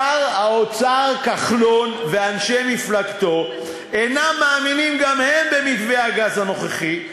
שר האוצר כחלון ואנשי מפלגתו אינם מאמינים גם הם במתווה הגז הנוכחי,